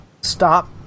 stop